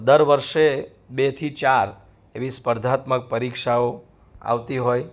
દર વર્ષે બે થી ચાર એવી સ્પર્ધાત્મક પરીક્ષાઓ આવતી હોય